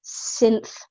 synth